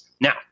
now